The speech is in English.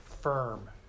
firm